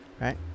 Right